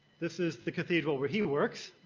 this is the cathedral where he works.